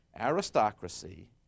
aristocracy